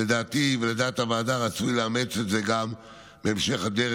לדעתי ולדעת הוועדה רצוי לאמץ גם בהמשך הדרך